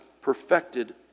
perfected